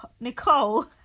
Nicole